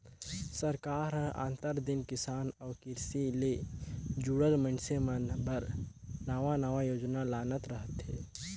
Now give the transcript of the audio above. सरकार हर आंतर दिन किसान अउ किरसी ले जुड़ल मइनसे मन बर नावा नावा योजना लानत रहथे